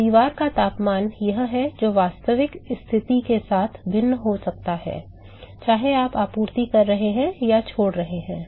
तो दीवार का तापमान वह है जो वास्तविक स्थिति के साथ भिन्न हो सकता है चाहे आप आपूर्ति कर रहे हैं या छोड़ रहे हैं